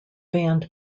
band